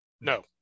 no